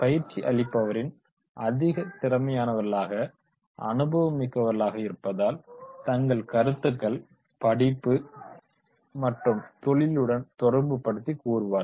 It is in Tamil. பயிற்சி அளிப்பவர்கள் அதிக திறமையானவர்களாக அனுபவமிக்கவர்களாக இருப்பதால் தங்கள் கருத்துக்கள் படிப்பு மற்றும் தொழிலுடன் தொடர்புப் படுத்தி கூறுவார்கள்